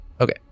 Okay